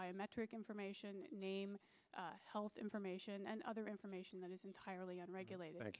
biometric information name health information and other information that is entirely on regulate